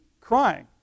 crying